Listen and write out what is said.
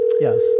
Yes